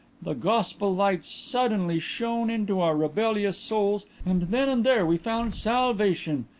the gospel light suddenly shone into our rebellious souls and then and there we found salvation.